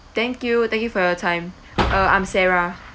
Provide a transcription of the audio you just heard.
thank you thank you for your time uh I'm sarah